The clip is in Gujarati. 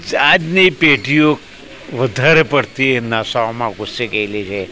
આજની પેઢીઓ વધારે પડતી નશાઓમાં ઘૂસી ગયેલી છે